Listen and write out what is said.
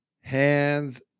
hands